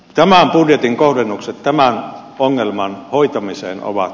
tämä budjetin kohdennukset tämän ongelman hoitamiseen ovat